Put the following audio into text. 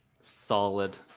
Solid